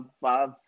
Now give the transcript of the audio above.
five